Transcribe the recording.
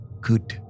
Good